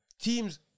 Teams